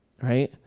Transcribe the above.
right